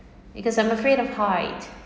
because I'm afraid of heights